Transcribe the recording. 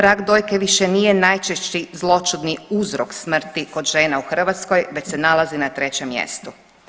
Rak dojke više nije najčešći zloćudni uzrok smrti kod žena u Hrvatskoj već se nalazi na 3. mjestu.